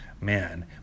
man